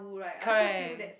correct